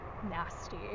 nasty